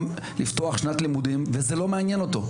לפתוח שנת לימודים וזה לא מעניין אותו.